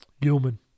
human